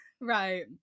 Right